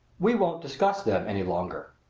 we won't discuss them any longer.